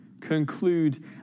Conclude